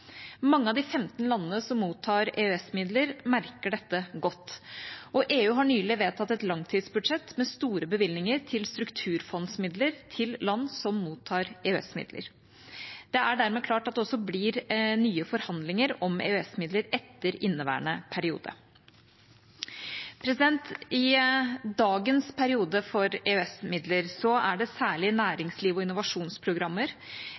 Mange av de 15 landene som mottar EØS-midler, merker dette godt, og EU har nylig vedtatt et langtidsbudsjett med store bevilgninger i strukturfondsmidler til land som mottar EØS-midler. Det er dermed klart at det også blir nye forhandlinger om EØS-midler etter inneværende periode. I dagens periode for EØS-midler er det særlig